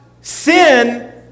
sin